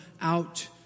out